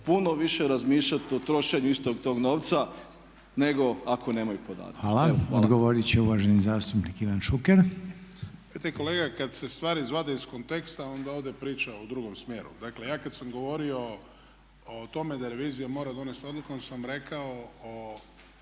puno više razmišljati o trošenju istog tog novca nego ako nemaju podatke. Evo, hvala. **Reiner, Željko (HDZ)** Hvala. Odgovorit će uvaženi zastupnik Ivan Šuker. **Šuker, Ivan (HDZ)** Znate kolega kad se stvari izvade iz konteksta onda ode priča u drugom smjeru. Dakle, ja kad sam govorio o tome da revizija mora donijeti odluku onda sam rekao o